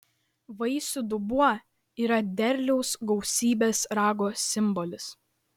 vaisių dubuo yra derliaus gausybės rago simbolis